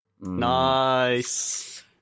Nice